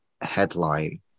headline